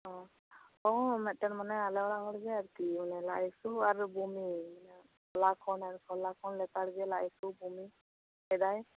ᱚ ᱢᱤᱫ ᱴᱟᱝ ᱢᱟᱱᱮ ᱟᱞᱮ ᱚᱲᱟᱜ ᱦᱚᱲ ᱜᱮ ᱟᱨᱠᱤ ᱚᱱᱮ ᱞᱟᱡ ᱦᱟᱹᱥᱩ ᱟᱨ ᱵᱩᱢᱤ ᱦᱚᱞᱟ ᱠᱷᱚᱱ ᱞᱮᱛᱟᱲ ᱜᱮ ᱞᱟᱡ ᱦᱟᱹᱥᱩ ᱟᱨ ᱵᱩᱢᱤ ᱭᱮᱫᱟᱭ